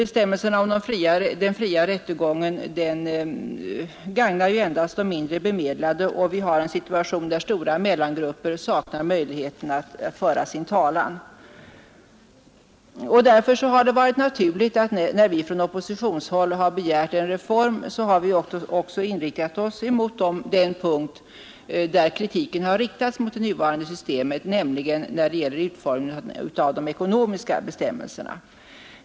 Bestämmelserna om den fria rättegången gagnar ju endast de mindre bemedlade, och vi har en situation där stora mellangrupper saknar möjlighet att föra sin talan. Därför har det varit naturligt, när vi från oppositionshåll har begärt en reform, att vi också har inriktat oss på den punkt där kritik har riktats mot det nuvarande systemet, nämligen utformningen av de ekonomiska bestämmelserna.